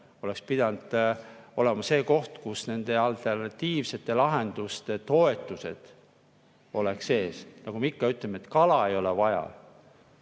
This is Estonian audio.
oleks pidanud olema see koht, kus nende alternatiivsete lahenduste toetused oleks sees. Nagu me ütleme: kala ei ole vaja,